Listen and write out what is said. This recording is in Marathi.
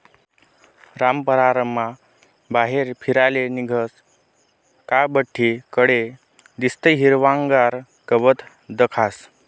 रामपाररमा बाहेर फिराले निंघनं का बठ्ठी कडे निस्तं हिरवंगार गवत दखास